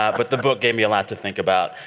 ah but the book gave me a lot to think about.